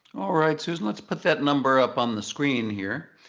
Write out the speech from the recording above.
all right, susan, let's put that number up on the screen here.